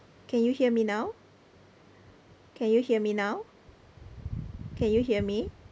can you hear me now can you hear me now can you hear me